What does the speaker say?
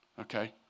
okay